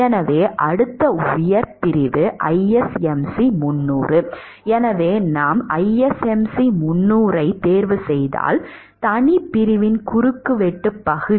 எனவே அடுத்த உயர் பிரிவு ISMC 300 எனவே நாம் ISMC 300 ஐத் தேர்வுசெய்தால் தனிப் பிரிவின் குறுக்குவெட்டுப் பகுதி